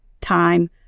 time